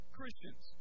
Christians